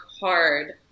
hard